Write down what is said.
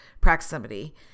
proximity